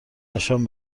نشان